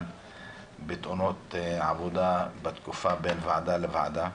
בתאונות עבודה בתקופה שבין ועדה לוועדה.